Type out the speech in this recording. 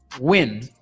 win